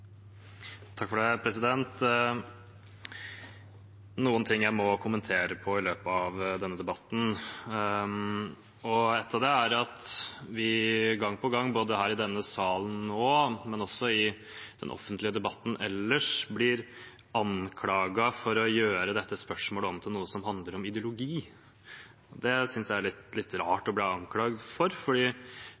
Det er noen ting jeg må kommentere i løpet av denne debatten, og en de tingene er at vi gang på gang, både her i denne salen nå og i den offentlige debatten ellers, blir anklaget for å gjøre om dette spørsmålet til noe som handler om ideologi. Det synes jeg er litt rart å bli anklaget for,